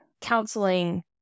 counseling